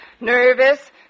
nervous